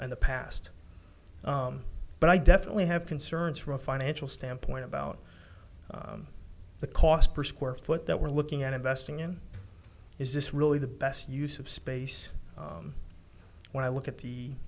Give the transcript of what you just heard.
in the past but i definitely have concerns from a financial standpoint about the cost per square foot that we're looking at investing in is this really the best use of space when i look at the